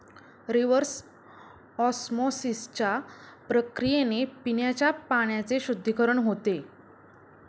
reverse ऑस्मॉसिसच्या प्रक्रियेने पिण्याच्या पाण्याचे शुद्धीकरण होते